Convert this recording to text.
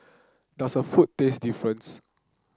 does her food taste difference